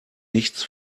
nichts